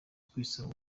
kwisanga